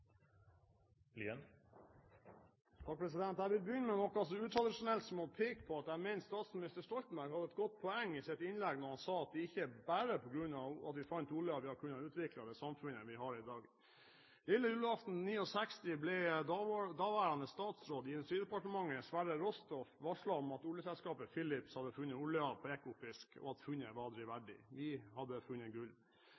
Jeg vil begynne med noe så utradisjonelt som å peke på at jeg mener at statsminister Stoltenberg hadde et godt poeng i sitt innlegg når han sa at det ikke er bare på grunn av at vi fant oljen at vi har kunnet utvikle det samfunnet vi har i dag. Lille julaften 1969 ble daværende statsråd i Industridepartementet Sverre Rostoft varslet om at oljeselskapet Philips hadde funnet olje på Ekofisk, og at funnet var